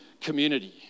community